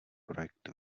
projekt